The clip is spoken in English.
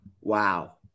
Wow